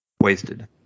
wasted